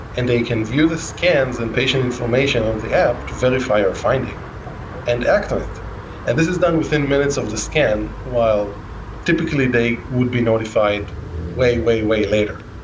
and they can view the scans and patient information on the app to verify our finding and act on it and this is done within minutes of the scan while typically, they would be notified way, way, way later.